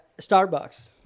Starbucks